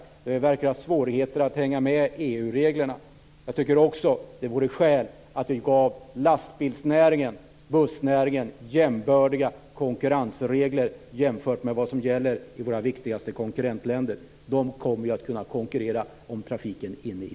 På den punkten verkar vi ha svårigheter att hänga med EU Vi borde också ge lastbilsnäringen och bussnäringen konkurrensregler som gör dem jämbördiga med näringarna i våra viktigaste konkurrentländer. De kommer ju att kunna konkurrera om trafiken inne i